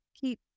keep